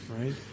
right